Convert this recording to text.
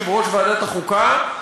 יושב-ראש ועדת החוקה,